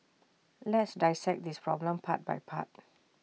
let's dissect this problem part by part